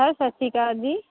sir ਸਤਿ ਸ਼੍ਰੀ ਅਕਾਲ ਜੀ